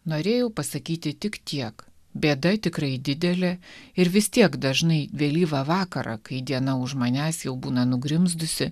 norėjau pasakyti tik tiek bėda tikrai didelė ir vis tiek dažnai vėlyvą vakarą kai diena už manęs jau būna nugrimzdusi